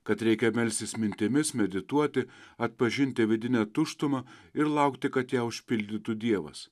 kad reikia melstis mintimis medituoti atpažinti vidinę tuštumą ir laukti kad ją užpildytų dievas